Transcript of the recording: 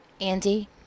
Andy